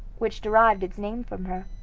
which derived its name from her,